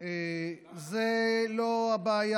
זו לא הבעיה.